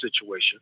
situation